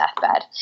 deathbed